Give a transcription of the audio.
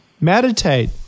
Meditate